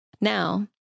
Now